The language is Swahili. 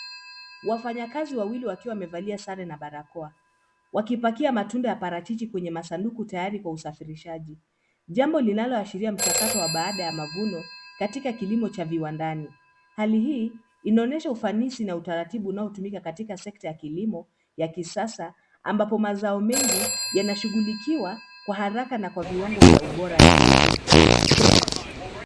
Wafanyakazi wawili wakiwa wamevalia sare na barakoa wakipakia matunda ya parachichi kwenye masanduku tayari kwa usafirishaji jambo linaloashiria mchakato wa baada ya mavuno katika kilimo cha viwandani. Hali hii inaonyesha ufanisi na utaratibu unaotumika katika sekta ya kilimo ya kisasa ambapo mazao mengi yanashughulikiwa kwa haraka na kwa viwango vya ubora wa juu.